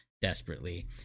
desperately